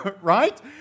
Right